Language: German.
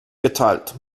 geteilt